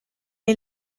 est